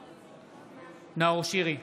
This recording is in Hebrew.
בעד נאור שירי,